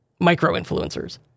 micro-influencers